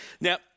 Now